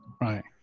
right